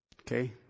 Okay